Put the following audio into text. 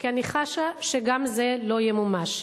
כי אני חשה שגם זה לא ימומש.